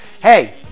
Hey